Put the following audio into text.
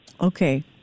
Okay